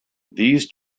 these